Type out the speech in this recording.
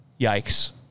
yikes